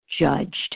judged